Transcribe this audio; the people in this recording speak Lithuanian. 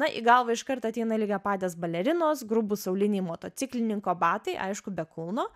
na į galvą iškart ateina lygiapadės balerinos grubūs auliniai motociklininko batai aišku be kulno